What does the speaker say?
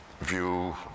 view